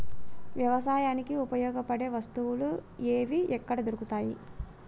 వ్యవసాయానికి ఉపయోగపడే వస్తువులు ఏవి ఎక్కడ దొరుకుతాయి?